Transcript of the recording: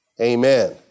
Amen